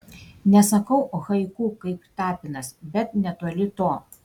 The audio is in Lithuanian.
nesakau haiku kaip tapinas bet netoli to